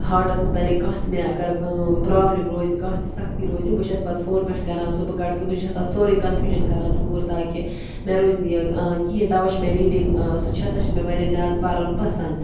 ہاٹَس مُتعلق کانٛہہ تہِ مےٚ اگر پرٛابلِم روزِ کانٛہہ تہِ سَختی روزِ بہٕ چھَس پَتہٕ فون پٮٹھٕ کَران سُہ بہٕ کَڈٕ تہٕ بہٕ چھَس تتھ سورُے کَنفیوٗجَن کَران دوٗر تاکہِ مےٚ روزِ نہٕ یہِ کِہیٖنٛۍ تَوے چھِ مےٚ ریٖڈِنٛگ سُہ چھُ سا چھِ مےٚ واریاہ زیادٕ پَرُن پَسنٛد